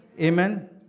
Amen